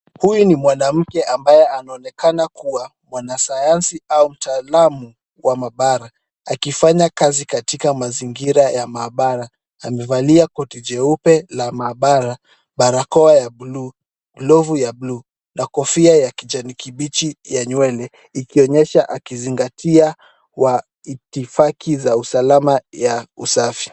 Huyu ni mwanamke ambaye anaonekana kuwa mwanasayansi au mtaalamu wa maabara , akifanya kazi katika mazingira ya maabara. Amevalia koti jeupe la maabara, barakoa ya buluu, glove ya buluu na kofia ya kijani kibichi ya nywele ikionyesha akizingatia itifaki ya usalama ya usafi .